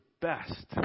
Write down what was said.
best